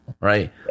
right